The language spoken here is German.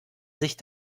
sich